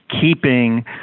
keeping